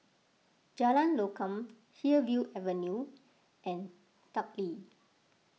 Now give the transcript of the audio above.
Jalan Lokam Hillview Avenue and Teck Lee